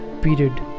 period